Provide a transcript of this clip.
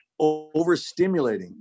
overstimulating